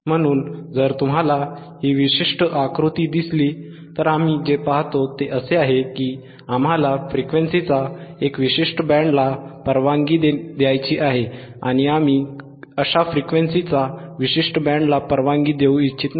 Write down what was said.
म्हणून जर तुम्हाला ही विशिष्ट आकृती दिसली तर आम्ही जे पाहतो ते असे आहे की आम्हाला फ्रिक्वेन्सीचा एक विशिष्ट बँडला परवानगी द्यायची आहे आणि आम्ही अशा फ्रिक्वेन्सीचा विशिष्ट बँडला परवानगी देऊ इच्छित नाही